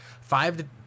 five